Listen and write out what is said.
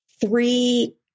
three